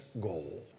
goal